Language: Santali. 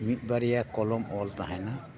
ᱢᱤᱫ ᱵᱟᱨᱭᱟ ᱠᱚᱞᱚᱢ ᱚᱞ ᱛᱟᱦᱮᱱᱟ